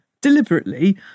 deliberately